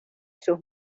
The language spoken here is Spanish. sus